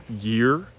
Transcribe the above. year